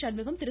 Shanmugam Thiru